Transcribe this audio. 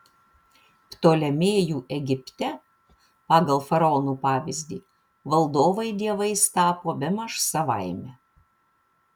ptolemėjų egipte pagal faraonų pavyzdį valdovai dievais tapo bemaž savaime